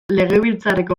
legebiltzarreko